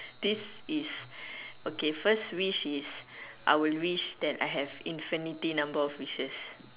this is okay first wish is I will wish that I have infinity number of wishes